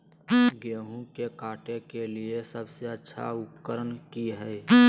गेहूं के काटे के लिए सबसे अच्छा उकरन की है?